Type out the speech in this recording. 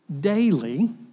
daily